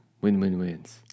win-win-wins